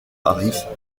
harris